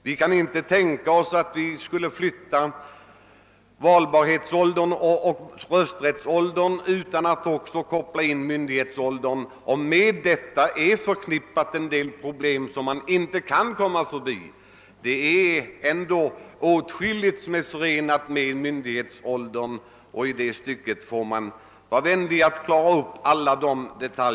Vi kan inte tänka oss att vi skulle flytta valbarhetsåldern och rösträttsåldern utan att också koppla in myndighetsåldern, och med myndighetsåldern är förknippade en hel del problem som man inte kan komma förbi. Det är ändå åtskilligt som är förenat med myndighetsåldern, och i det stycket har man en hel del detaljer att klara upp.